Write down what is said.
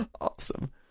Awesome